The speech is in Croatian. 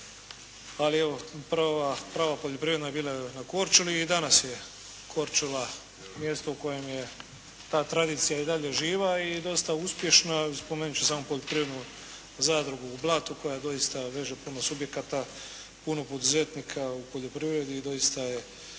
Ali evo, prva prava poljoprivredna je bila na Korčuli i danas je Korčula mjesto u kojem je ta tradicija i dalje živa i dosta uspješna. Spomenut ću samo poljoprivrednu zadrugu u Blatu koja doista veže puno subjekata, puno poduzetnika u poljoprivredi i doista je